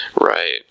Right